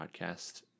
podcast